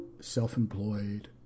self-employed